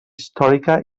històrica